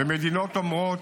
מדינות אומרות,